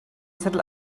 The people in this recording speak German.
zettel